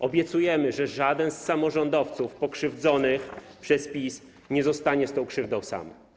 Obiecujemy, że żaden z samorządowców pokrzywdzonych przez PiS nie zostanie z tą krzywdą sam.